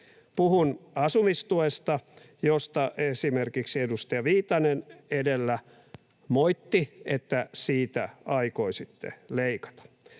Puhun asumistuesta, josta esimerkiksi edustaja Viitanen edellä moitti, että siitä aikoisimme leikata.